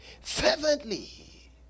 fervently